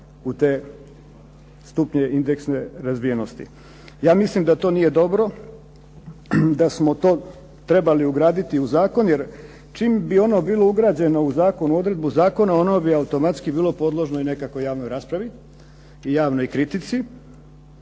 u te stupnje indeksne razvijenosti. Ja mislim da to nije dobro, da smo to trebali ugraditi u zakon. Jer čim bi ono bilo ugrađeno u zakon, u odredbu zakona ono bi automatski bilo podložno i nekakvoj javnoj raspravi i javnoj kritici